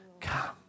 Come